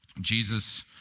Jesus